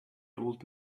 old